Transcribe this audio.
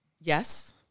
Yes